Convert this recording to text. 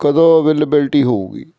ਕਦੋਂ ਅਵੇਲੇਬਿਲਟੀ ਹੋਊਗੀ